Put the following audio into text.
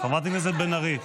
חברת הכנסת בן ארי.